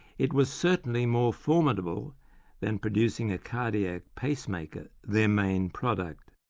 it was certainly more formidable than producing a cardiac pacemaker, their main product.